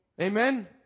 Amen